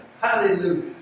Hallelujah